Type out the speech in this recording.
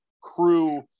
crew